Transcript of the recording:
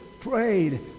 prayed